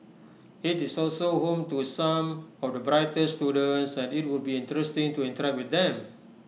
IT is also home to some of the brightest students and IT would be interesting to interact with them